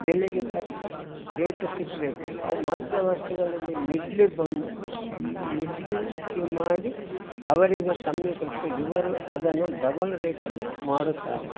ಬೆಲೆಗೆ ತಕ್ಕ ರೇಟು ಸಿಕ್ಕಬೇಕು ಅವು ಮಧ್ಯವರ್ತಿಗಳಲ್ಲಿ ಮಿಡ್ಲ್ ಬಂದು ಮಿಡ್ಲ್ ಸ್ತಿಗ್ ಮಾಡಿ ಅವರಿಗೆ ಕಮ್ಮಿ ಕೊಟ್ಟು ಇವರು ಅದನ್ನು ಡಬಲ್ ರೇಟಲ್ಲಿ ಮಾಡುತ್ತಾರೆ